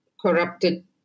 corrupted